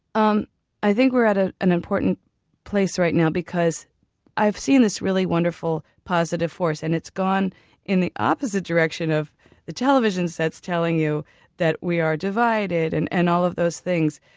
um i think we're at ah an important place right now because i've seen this really wonderful positive force and it's gone in the opposite direction of the television sets telling you that we are divided and and all of those things.